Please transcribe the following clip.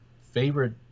favorite